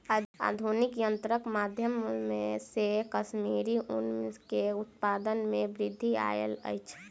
आधुनिक यंत्रक माध्यम से कश्मीरी ऊन के उत्पादन में वृद्धि आयल अछि